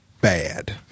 bad